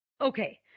Okay